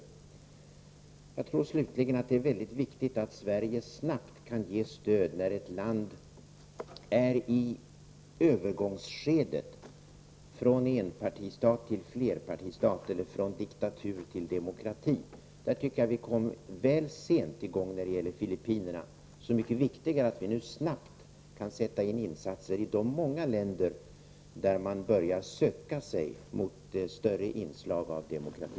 Slutligen tror jag att det är mycket viktigt att Sverige snabbt kan ge stöd när ett land är i övergångsskedet från enpartistat till flerpartistat eller från diktatur till demokrati. Jag tycker att vi kom i gång litet väl sent när det gällde Filippinerna. Därför är det så mycket viktigare att vi snabbt kan sätta in insatser i de många länder där man börjar söka sig mot större inslag av demokrati.